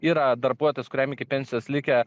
yra darbuotojas kuriam iki pensijos likę